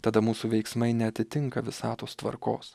tada mūsų veiksmai neatitinka visatos tvarkos